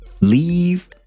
leave